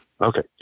okay